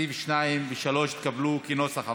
סעיפים 2 ו-3 התקבלו, כנוסח הוועדה.